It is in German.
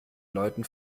leuten